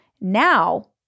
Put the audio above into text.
Now